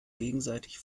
gegenseitig